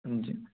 ਹਾਂਜੀ